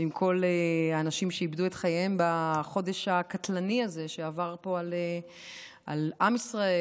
ושל כל האנשים שאיבדו את חייהם בחודש הקטלני הזה שעבר פה על עם ישראל,